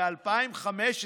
"ב-2015"